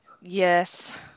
Yes